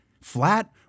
flat